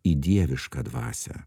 į dievišką dvasią